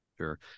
Sure